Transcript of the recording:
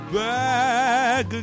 back